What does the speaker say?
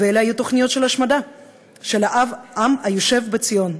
ואלה היו תוכניות של השמדה של העם היושב בציון,